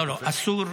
לא, אסור,